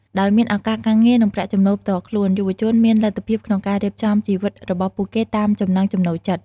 ដោយមានឱកាសការងារ និងប្រាក់ចំណូលផ្ទាល់ខ្លួន យុវជនមានលទ្ធភាពក្នុងការរៀបចំជីវិតរបស់ពួកគេតាមចំណង់ចំណូលចិត្ត។